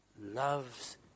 loves